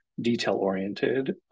detail-oriented